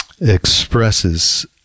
expresses